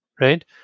right